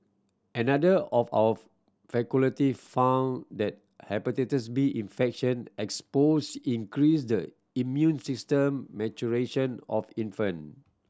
another of our found that Hepatitis B infection exposure increase the immune system maturation of infant